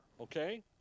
Okay